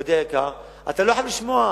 מכובדי היקר, אתה לא חייב לשמוע.